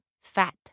fat